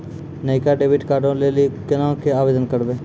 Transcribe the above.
नयका डेबिट कार्डो लै लेली केना के आवेदन करबै?